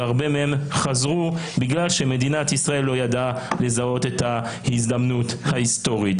והרבה מהם חזרו בגלל שמדינת ישראל לא ידעה לזהות את ההזדמנות ההיסטורית.